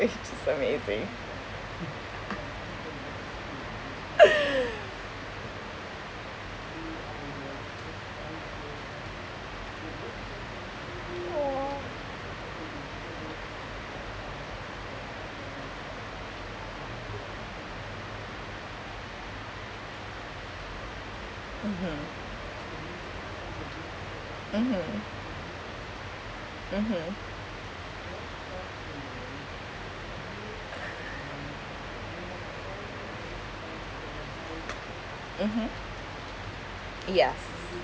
so amazing mmhmm mmhmm mmhmm mmhmm yes